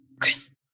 Chris